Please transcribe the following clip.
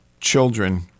children